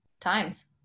times